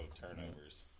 turnovers